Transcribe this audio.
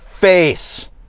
face